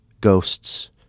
ghosts